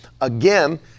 again